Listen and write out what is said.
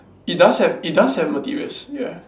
it does have it does have materials ya